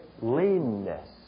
leanness